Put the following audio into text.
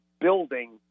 building